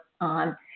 on